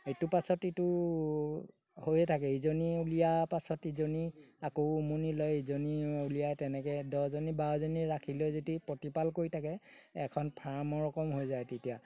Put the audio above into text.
ইটো পাছত ইটো হৈয়ে থাকে ইজনী উলিওৱাৰ পাছত ইজনী আকৌ উমনি লয় ইজনী উলিয়াই তেনেকৈ দহজনী বাৰজনী ৰাখি লৈ যদি প্ৰতিপাল কৰি থাকে এখন ফাৰ্মৰ ৰকম হৈ যায় তেতিয়া